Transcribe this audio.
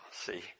See